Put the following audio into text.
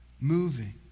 moving